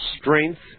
strength